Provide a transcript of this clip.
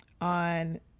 on